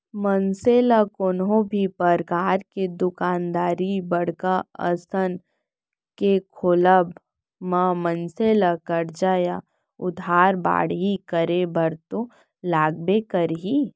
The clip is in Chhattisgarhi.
मनसे ल कोनो भी परकार के दुकानदारी बड़का असन के खोलब म मनसे ला करजा या उधारी बाड़ही करे बर तो लगबे करही